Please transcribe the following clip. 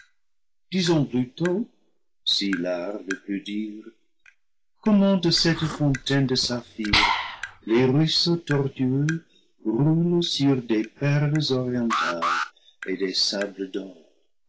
disons plutôt si l'art le peut dire comment de cette fontaine de saphir les ruisseaux tortueux roulent sur des perles orientales et des sables d'or